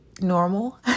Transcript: normal